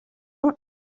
اون